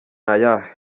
ayahe